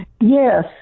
Yes